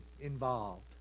involved